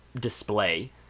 display